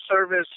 service